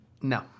No